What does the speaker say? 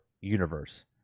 Universe